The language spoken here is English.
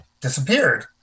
disappeared